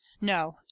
No